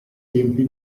riempì